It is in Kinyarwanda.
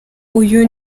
uyu